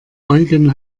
eugen